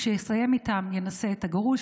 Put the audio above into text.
כשיסיים איתם ינסה את הגרוש,